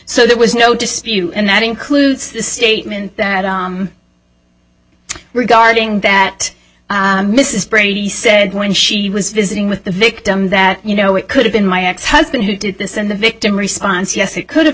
so there was no dispute and that includes the statement that regarding that mrs brady said when she was visiting with the victim that you know it could have been my ex husband who did this and the victim response yes it could have